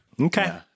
Okay